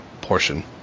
portion